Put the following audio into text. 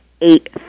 eight